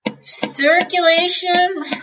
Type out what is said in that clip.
Circulation